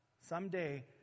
Someday